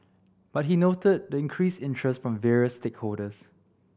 but he noted the increased interest from various stakeholders